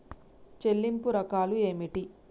చెల్లింపు రకాలు ఏమిటి?